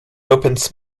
opens